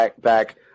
back